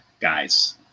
guys